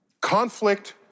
conflict